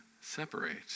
separate